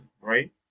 right